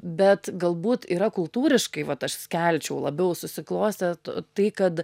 bet galbūt yra kultūriškai vat aš skelčiau labiau susiklostę to tai kad